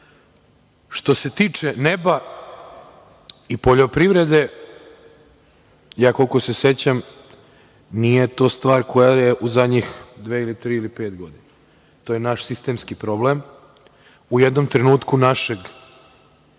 se tiče neba i poljoprivrede, koliko se sećam nije to stvar koja je u zadnjih dve ili tri ili pet godina, to je naš sistemski problem. U jednom trenutku naše